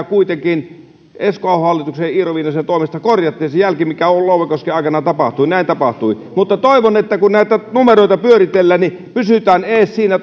kuitenkin esko ahon hallituksen ja iiro viinasen toimesta korjattiin se jälki mikä louekosken aikana tapahtui näin tapahtui mutta toivon että kun näitä numeroita pyöritellään niin pysytään edes siinä